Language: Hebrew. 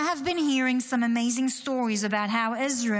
"I have been hearing some amazing stories about how Israel